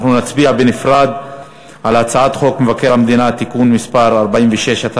אנחנו נצביע בנפרד על הצעת חוק מבקר המדינה (תיקון מס' 46),